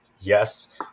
yes